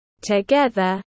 Together